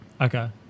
Okay